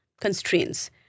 constraints